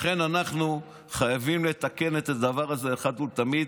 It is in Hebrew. לכן אנחנו חייבים לתקן את הדבר הזה אחת ולתמיד,